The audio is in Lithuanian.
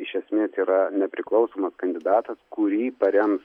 iš esmės yra nepriklausomas kandidatas kurį parems